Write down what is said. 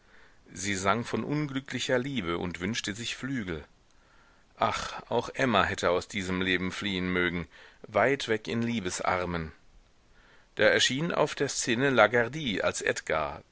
sie sang von unglücklicher liebe und wünschte sich flügel ach auch emma hätte aus diesem leben fliehen mögen weit weg in liebesarmen da erschien auf der szene lagardy als edgard